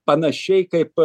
panašiai kaip